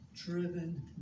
Driven